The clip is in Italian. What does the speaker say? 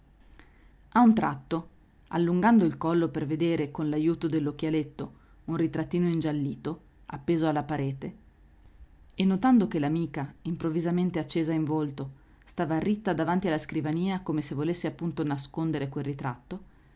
a un tratto allungando il collo per vedere con l'ajuto dell'occhialetto un ritrattino ingiallito appeso alla parete e notando che l'amica improvvisamente accesa in volto stava ritta davanti alla scrivania come se volesse appunto nascondere quel ritratto